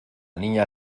niña